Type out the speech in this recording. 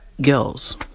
girls